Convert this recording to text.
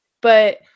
But-